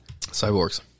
cyborgs